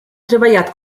treballat